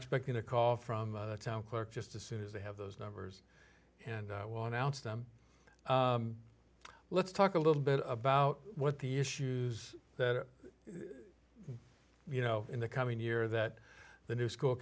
expecting a call from town clerk just as soon as they have those numbers and one ounce of them let's talk a little bit about what the issues that you know in the coming year that the new school